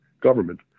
government